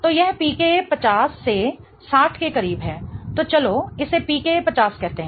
तो यह pKa 50 से 60 के करीब है तो चलो इसे pKa 50 कहते हैं